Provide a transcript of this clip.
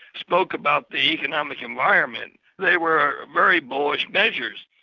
spoke about the economic environment. they were very bullish measures.